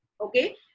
Okay